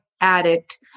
addict